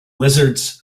lizards